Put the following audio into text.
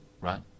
Right